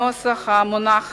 הנוסח המונח